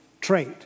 trait